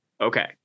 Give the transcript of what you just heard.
Okay